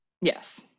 Yes